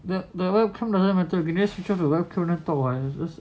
the the welcome doesn't matter you can just switch off the welcome laptop wire just